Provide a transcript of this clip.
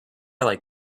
like